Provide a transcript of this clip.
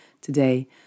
today